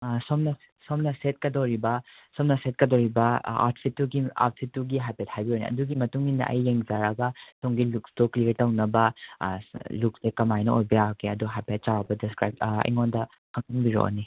ꯁꯣꯝꯅ ꯁꯣꯝꯅ ꯁꯦꯠꯀꯗꯣꯔꯤꯕ ꯁꯣꯝꯅ ꯁꯦꯠꯀꯗꯣꯔꯤꯕ ꯑꯥꯎꯠꯐꯤꯠꯇꯨꯒꯤ ꯑꯥꯎꯠꯐꯤꯠꯇꯨꯒꯤ ꯍꯥꯏꯐꯦꯠ ꯍꯥꯏꯕꯤꯌꯨꯅꯦ ꯑꯗꯨꯒꯤ ꯃꯇꯨꯡ ꯏꯟꯅ ꯑꯩ ꯌꯦꯡꯖꯔꯒ ꯁꯣꯝꯒꯤ ꯂꯨꯛꯁꯇꯨ ꯀ꯭ꯂꯤꯌꯥꯔ ꯇꯧꯅꯕ ꯂꯨꯛꯁꯇꯨ ꯀꯃꯥꯏꯅ ꯑꯣꯏꯕ ꯌꯥꯒꯦ ꯑꯗꯣ ꯍꯥꯏꯐꯦꯠ ꯆꯥꯎꯔꯥꯛꯄ ꯗꯦꯁꯀ꯭ꯔꯥꯏꯞ ꯑꯩꯉꯣꯟꯗ ꯈꯪꯍꯟꯕꯤꯔꯛꯑꯣꯅꯦ